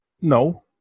No